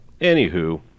Anywho